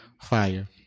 Fire